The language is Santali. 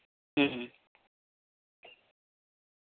ᱦᱩᱸ